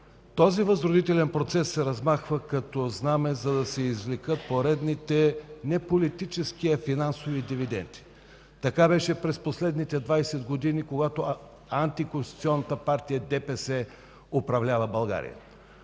този възродителен процес се размахва като знаме, за да се извлекат поредните не политически, а финансови дивиденти. Така беше през последните 20 години, когато антиконституционната партия ДПС управлява България.